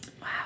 Wow